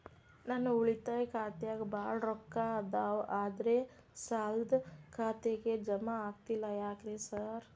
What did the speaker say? ನನ್ ಉಳಿತಾಯ ಖಾತ್ಯಾಗ ಬಾಳ್ ರೊಕ್ಕಾ ಅದಾವ ಆದ್ರೆ ಸಾಲ್ದ ಖಾತೆಗೆ ಜಮಾ ಆಗ್ತಿಲ್ಲ ಯಾಕ್ರೇ ಸಾರ್?